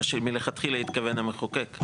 מה שמלכתחילה התכוון המחוקק.